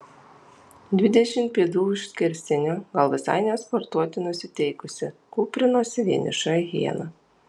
dvidešimt pėdų už skersinio gal visai ne sportuoti nusiteikusi kūprinosi vieniša hiena